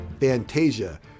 fantasia